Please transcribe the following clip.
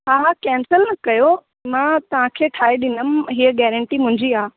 हा हा केंसिल न कयो मां तव्हांखे ठाहे ॾींदमि हीअ गैरंटी मुंहिंजी आहे